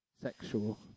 Sexual